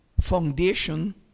foundation